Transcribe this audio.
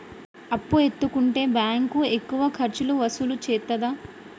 అప్పు ఎత్తుకుంటే బ్యాంకు ఎక్కువ ఖర్చులు వసూలు చేత్తదా?